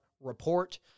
report